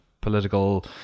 political